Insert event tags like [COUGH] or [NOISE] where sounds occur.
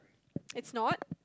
[NOISE] is not